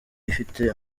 ifite